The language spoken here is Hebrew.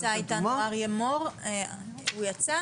נמצא איתנו אריה מור הוא יצא?